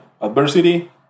adversity